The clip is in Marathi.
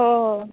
हो